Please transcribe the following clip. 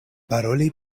paroli